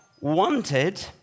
wanted